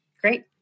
Great